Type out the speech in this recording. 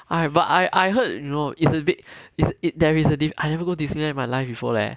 I but I I I heard you know it's a bit if it there is a dif~ I never go disneyland my life before leh